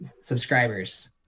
subscribers